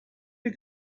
the